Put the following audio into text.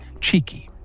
cheeky